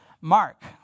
Mark